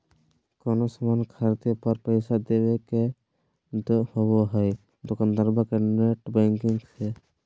कोनो सामान खर्दे पर पैसा देबे के होबो हइ दोकंदारबा के नेट बैंकिंग से